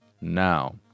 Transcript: now